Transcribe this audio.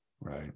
right